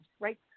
right